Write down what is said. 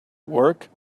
work